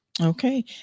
Okay